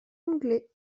anglais